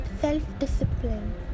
self-discipline